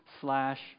slash